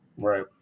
Right